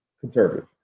conservative